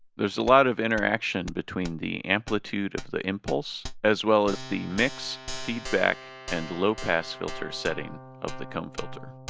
there's a lot of interaction between the amplitude of the impulse as well as the mix, feedback, and low-pass filter setting of the comb filter.